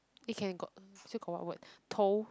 it can got still got what tow